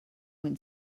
when